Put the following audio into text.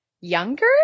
younger